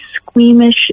squeamish